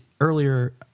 earlier